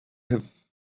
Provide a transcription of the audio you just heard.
have